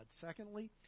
Secondly